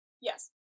Yes